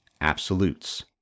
absolutes